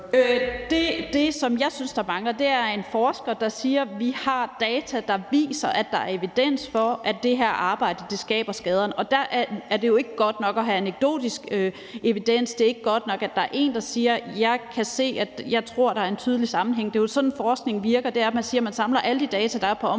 Det, som jeg synes mangler, er en forsker, der siger, at vi har data, der viser, at der er evidens for, at det her arbejde skaber skaderne. Der er det jo ikke godt nok at have anekdotisk evidens. Det er ikke godt nok, at der er én, der siger, at jeg tror, at der er en tydelig sammenhæng. Det er jo sådan, forskning virker. Man samler alle de data, der er på området,